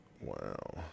Wow